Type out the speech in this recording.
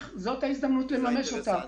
זאת ההזדמנות לממש אותן.